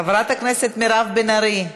מוותר, חברת הכנסת מירב בן ארי,